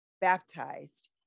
baptized